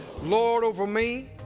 lord over me.